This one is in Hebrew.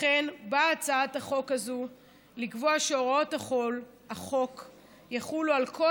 לכן באה הצעת החוק הזאת לקבוע שהוראות החוק יחולו על כל